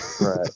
Right